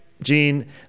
Gene